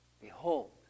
behold